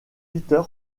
peter